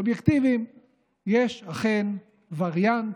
אובייקטיבית, יש אכן וריאנט,